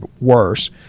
worse